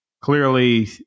clearly